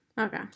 Okay